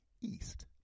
east